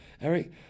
Eric